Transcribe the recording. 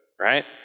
right